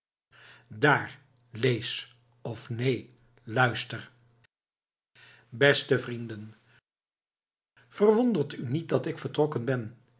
daar lees of neen luister beste vrienden verwondert u niet dat ik vertrokken ben